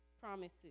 promises